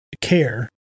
care